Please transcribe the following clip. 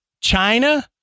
China